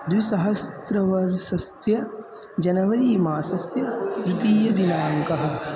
द्विसहस्रतमवर्षस्य जनवरीमासस्य द्वितीयः दिनाङ्कः